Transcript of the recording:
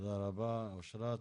תודה רבה אשרת.